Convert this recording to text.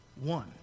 one